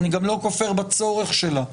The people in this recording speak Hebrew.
אני גם לא כופר בצורך שלה,